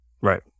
Right